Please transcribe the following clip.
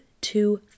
two